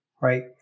right